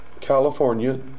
California